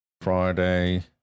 Friday